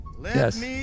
Yes